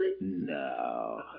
No